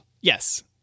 Yes